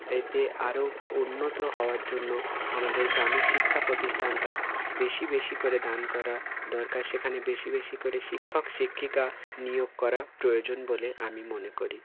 এতে আরও উন্নত হওয়ার জন্য আমাদের গ্রামে শিক্ষা প্রতিষ্ঠানটা বেশি বেশি করে দান করা দরকার সেখানে বেশি বেশি করে শিক্ষক শিক্ষিকা নিয়োগ করা প্রয়োজন বলে আমি মনে করি